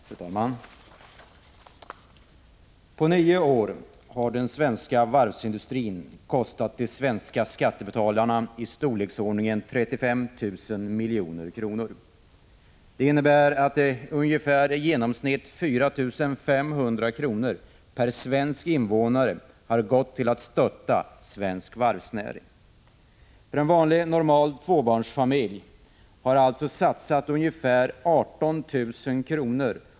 Fru talman! På nio år har den svenska varvsindustrin kostat de svenska skattebetalarna ungefär 35 000 milj.kr. Det innebär att i genomsnitt 4 500 kr. per varje invånare har gått till att stötta svensk varvsnäring. En vanlig tvåbarnsfamilj har alltså satsat ungefär 18 000 kr.